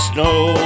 Snow